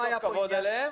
עם כל הכבוד להם,